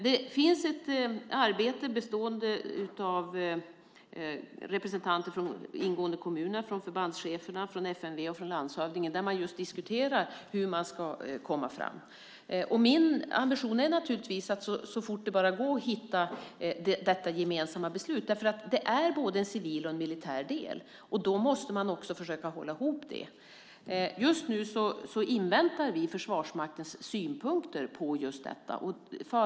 Det finns ett arbete bestående av representanter från de berörda kommunerna och FMV samt förbandscheferna och landshövdingen, där man diskuterar hur man ska komma fram. Min ambition är naturligtvis att så fort det bara går komma fram till ett gemensamt beslut. Det är nämligen både en civil och en militär del, och då måste man försöka hålla ihop det. Just nu inväntar vi Försvarsmaktens synpunkter på detta.